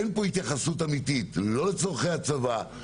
אין פה התייחסות אמיתית לא לצרכי הצבא,